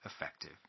effective